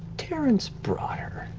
terrence brought her.